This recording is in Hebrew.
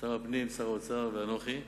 שר הפנים, שר האוצר ואנוכי.